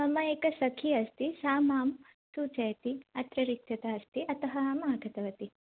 मम एकसखी अस्ति सा मां सूचयति अत्र रिक्तता अस्ति अतः अहम् आगतवती